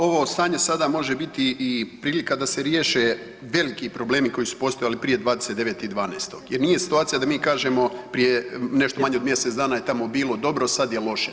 Ovo stanje sada može biti i prilika da se riješe veliki problemi koji su postojali prije 29.12. jer nije situacija da mi kažemo prije nešto manje od mjesec dana je tamo bilo dobro, sad je loše.